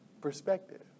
Perspective